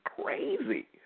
crazy